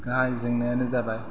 गाहाय जेंनायानो जाबाय